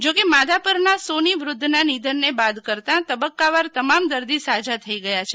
જોકે માધાપરના સોની ૃધ્ધના નિધનને બાદ કરતા તબક્કાવાર તમામ દર્દી સાજા થઈ ગયા છે